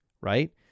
right